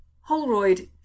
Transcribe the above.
Holroyd